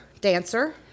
dancer